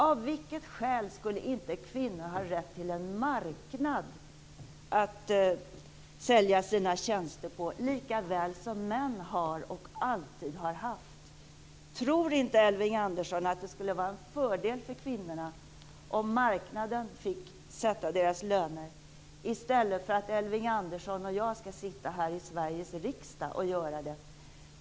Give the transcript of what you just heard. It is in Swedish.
Av vilket skäl skulle inte kvinnor ha rätt till en marknad att sälja sina tjänster på, lika väl som män har och alltid har haft? Tror inte Elving Andersson att det skulle vara en fördel för kvinnorna om marknaden fick sätta deras löner i stället för att Elving Andersson och jag skall göra det här i Sveriges riksdag?